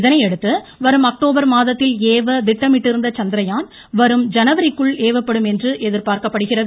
இதையடுத்து வரும் அக்டோபர் மாதத்தில் ஏவ திட்டமிட்டிருந்த சந்திரயான் வரும் ஜனவரிக்குள் ஏவப்படும் என்று எதிர்பார்க்கப்படுகிறது